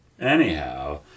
Anyhow